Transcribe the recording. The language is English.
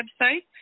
website